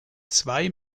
zwei